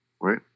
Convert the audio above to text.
Right